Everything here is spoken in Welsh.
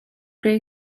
greu